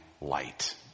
light